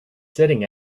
sitting